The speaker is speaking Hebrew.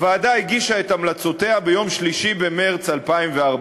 הוועדה הגישה את המלצותיה ביום 3 במרס 2014,